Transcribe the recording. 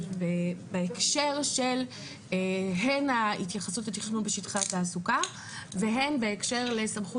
בהקשר של ההתייחסות לתכנון בשטחי התעסוקה והן בהקשר לסמכות